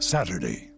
Saturday